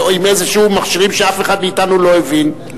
עם מכשירים שאף אחד מאתנו לא הבין.